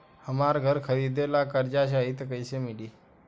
हमरा घर खरीदे ला कर्जा चाही त कैसे मिली?